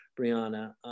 Brianna